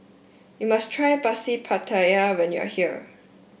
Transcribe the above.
you must try pasi pattaya when you are here